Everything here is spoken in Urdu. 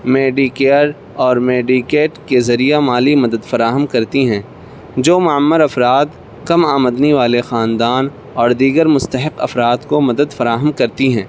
میڈیکیئر اور میڈیکیٹ کے ذریعہ مالی مدد فراہم کرتی ہیں جو معمر افراد کم آمدنی والے خاندان اور دیگر مستحق افراد کو مدد فراہم کرتی ہیں